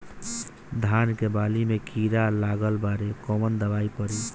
धान के बाली में कीड़ा लगल बाड़े कवन दवाई पड़ी?